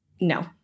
no